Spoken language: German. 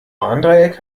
warndreieck